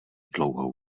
dlouhou